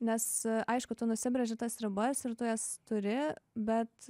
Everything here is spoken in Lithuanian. nes aišku tu nusibrėži tas ribas ir tu jas turi bet